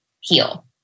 heal